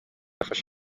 yafashe